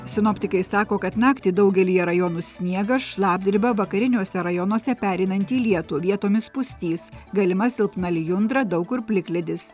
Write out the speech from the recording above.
sinoptikai sako kad naktį daugelyje rajonų sniegas šlapdriba vakariniuose rajonuose pereinanti į lietų vietomis pustys galima silpna lijundra daug kur plikledis